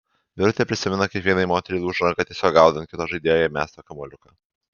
birutė prisimena kaip vienai moteriai lūžo ranka tiesiog gaudant kito žaidėjo jai mestą kamuoliuką